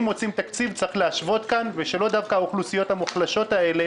אם מוצאים תקציב צריך להשוות ושלא דווקא האוכלוסיות המוחלשות האלה